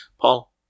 Paul